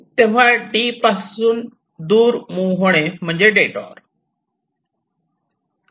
तेव्हा D पासून दूर मुव्ह होणे म्हणजे डेटोर आहे